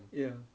ya